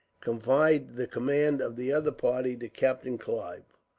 confide the command of the other party to captain clive.